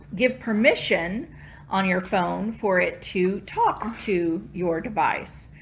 give permission on your phone for it to talk to your device.